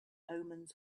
omens